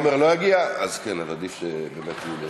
עמר לא יגיע, אז כן, אז עדיף שבאמת יולי יגיע.